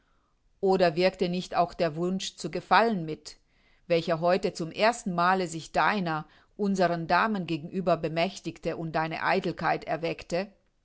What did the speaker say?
oder wirkte nicht auch der wunsch zu gefallen mit welcher heute zum erstenmale sich deiner unseren damen gegenüber bemächtigte und deine eitelkeit erweckte